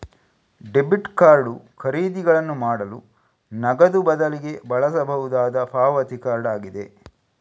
debit card ಖರೀದಿಗಳನ್ನು ಮಾಡಲು ನಗದು ಬದಲಿಗೆ ಬಳಸಬಹುದಾದ ಪಾವತಿ ಕಾರ್ಡ್ ಆಗಿದೆ